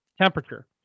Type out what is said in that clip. temperature